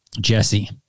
Jesse